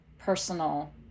personal